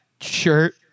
shirt